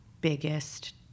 biggest